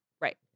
Right